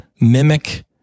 mimic